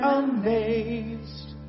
amazed